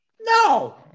No